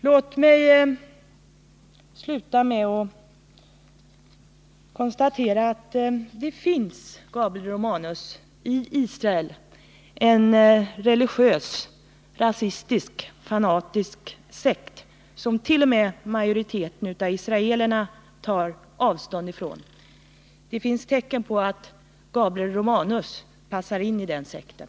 Låt mig sluta med att konstatera att det finns i Israel en religiös rasistisk och fanatisk sekt somt.o.m. majoriteten av israelerna tar avstånd ifrån. Det finns tecken på att Gabriel Romanus passar in i den sekten.